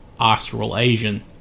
Australasian